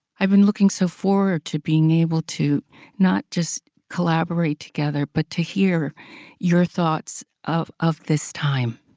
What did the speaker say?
i've been looking so forward to being able to not just collaborate together, but to hear your thoughts of of this time.